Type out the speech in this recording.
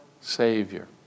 Savior